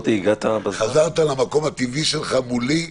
חזרת למקום הטבעי שלך מולי,